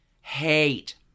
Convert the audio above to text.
hate